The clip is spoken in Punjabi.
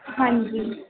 ਹਾਂਜੀ